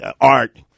art